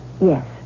Yes